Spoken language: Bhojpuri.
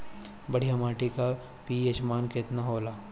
बढ़िया माटी के पी.एच मान केतना होला?